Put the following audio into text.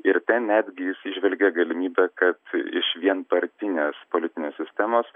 ir ten netgi jis įžvelgė galimybę kad iš vienpartinės politinės sistemos